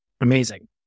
Amazing